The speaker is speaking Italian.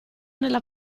nella